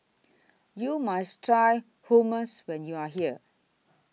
YOU must Try Hummus when YOU Are here